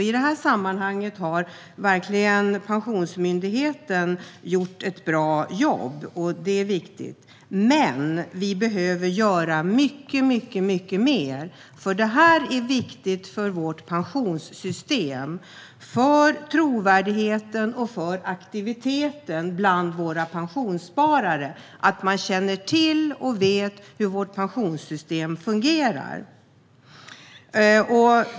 I det sammanhanget har Pensionsmyndigheten verkligen gjort ett bra jobb. Det är viktigt. Men vi behöver göra mycket mer. Det är nämligen viktigt för vårt pensionssystem, för trovärdigheten och för aktiviteten bland våra pensionssparare att man känner till hur vårt pensionssystem fungerar.